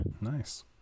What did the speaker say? Nice